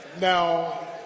Now